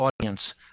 audience